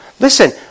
Listen